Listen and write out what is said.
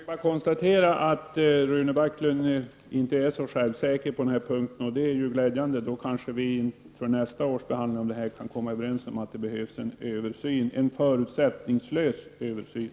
Herr talman! Det är bara att konstatera att Rune Backlund inte är så självsäker på den här punkten. Det är glädjande. Då kanske vi för nästa års behandling av det här kan komma överens om att det behövs en förutsättningslös översyn.